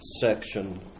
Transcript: section